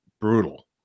brutal